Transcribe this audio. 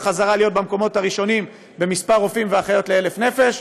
חזרה להיות במקומות הראשונים במספר רופאים ואחיות ל-1,000 נפש,